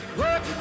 work